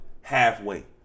halfway